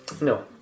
No